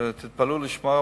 ותתפלאו לשמוע,